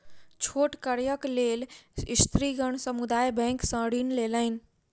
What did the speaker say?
छोट कार्यक लेल स्त्रीगण समुदाय बैंक सॅ ऋण लेलैन